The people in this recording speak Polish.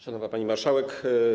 Szanowna Pani Marszałek!